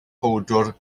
powdwr